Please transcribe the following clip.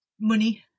money